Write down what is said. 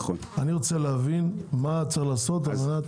אני רוצה להבין מה צריך לעשות על מנת